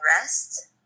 rest